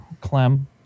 Clem